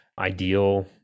ideal